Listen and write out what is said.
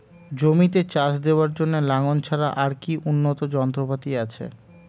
জমিতে চাষ দেওয়ার জন্য লাঙ্গল ছাড়া আর কি উন্নত যন্ত্রপাতি আছে?